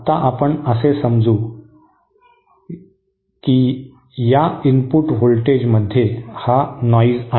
आत्ता आपण असे समजू या की इनपुट व्होल्टेज हा नॉईज आहे